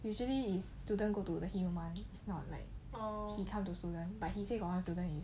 usually is student go to the him [one] is not like he come to student but he say got one student is